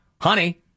Honey